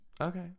Okay